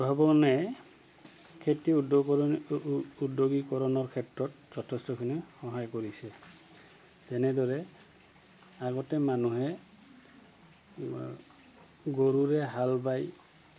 উদ্ভাৱনে খেতি উদ্যো উদ্যোগীকৰণৰ ক্ষেত্ৰত যথেষ্টখিনি সহায় কৰিছে যেনেদৰে আগতে মানুহে গৰুৰে হাল বাই